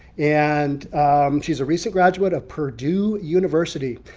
and she's a recent graduate of purdue university.